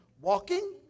walking